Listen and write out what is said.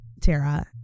Tara